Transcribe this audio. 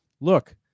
look